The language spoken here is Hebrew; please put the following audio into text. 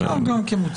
אפשר גם כמוצמדות.